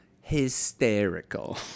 hysterical